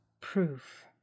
proof